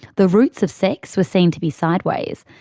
the roots of sex were seen to be sideways.